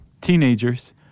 teenagers